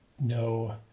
no